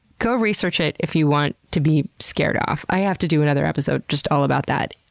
go research it if you want to be scared off. i have to do another episode just all about that.